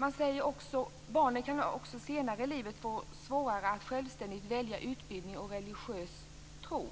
Man säger också att barnen senare i livet kan få svårare att självständigt välja utbildning och religiös tro.